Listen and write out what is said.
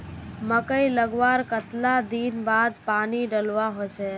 मकई लगवार कतला दिन बाद पानी डालुवा होचे?